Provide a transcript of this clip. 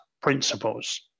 principles